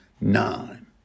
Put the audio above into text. nine